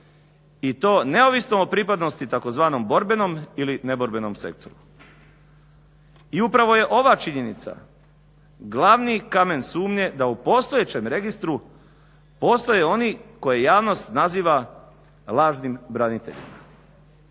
i to neovisno o pripadnosti tzv. borbenom ili neborbenom sektoru. I upravo je ova činjenica glavni kamen sumnje da u postojećem registru postoje oni koje javnost naziva lažnim braniteljima.